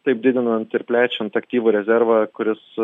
taip didinant ir plečiant aktyvų rezervą kuris